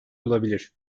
olabilir